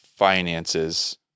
finances